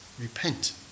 Repent